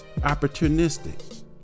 opportunistic